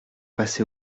passé